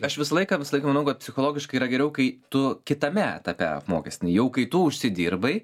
aš visą laiką visą laiką manau kad psichologiškai yra geriau kai tu kitame etape apmokestini jau kai tu užsidirbai